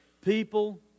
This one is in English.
people